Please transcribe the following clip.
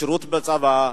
לשירות בצבא,